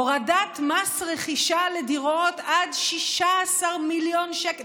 הורדת מס רכישה לדירות עד 16 מיליון שקל,